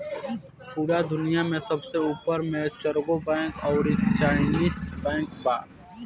पूरा दुनिया में सबसे ऊपर मे चरगो बैंक अउरी चाइनीस बैंक बा